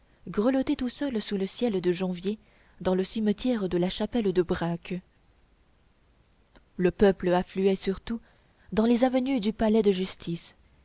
grelotter tout seul sous le ciel de janvier dans le cimetière de la chapelle de braque le peuple affluait surtout dans les avenues du palais de justice